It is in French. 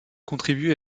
contribue